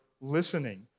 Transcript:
listening